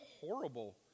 horrible